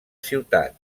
ciutat